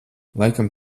laikam